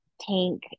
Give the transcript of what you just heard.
tank